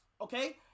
Okay